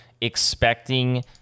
expecting